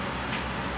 true